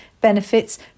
benefits